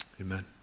Amen